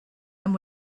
and